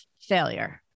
failure